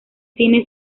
cine